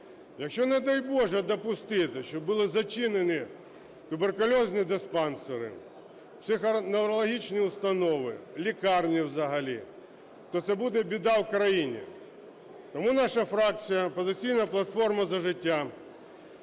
Якщо, не дай Боже, допустити, що будуть зачинені туберкульозні диспансери, психоневрологічні установи, лікарні взагалі, то це буде біда в країні. Тому наша фракція "Опозиційна платформа - За життя"